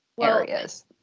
areas